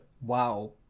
wow